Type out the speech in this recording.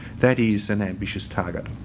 that is an ambitious target.